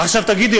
עכשיו תגידי,